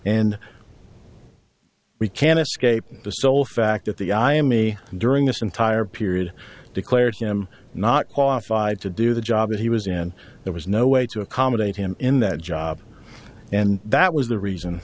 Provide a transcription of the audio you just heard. and we can't escape the sole fact that the i am me during this entire period declared him not qualified to do the job he was in there was no way to accommodate him in that job and that was the reason